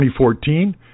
2014